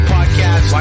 Podcast